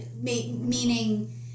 meaning